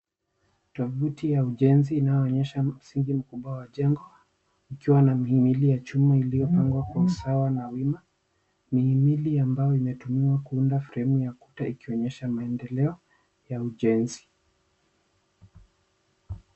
Tovuti ya ujenzi inayoonyesha msingi mkubwa wa jengo ukiwa na mihili ya chuma iiliyopangwa kwa usawa na wima. Mihimili ambayo imetumika kuunda fremu ya kuta ikionyesha maendeleo ya ujenzi.